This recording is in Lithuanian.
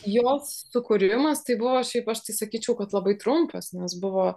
jos sukūrimas tai buvo šiaip aš tai sakyčiau kad labai trumpas nes buvo